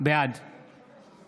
בעד